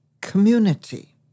community